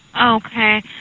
Okay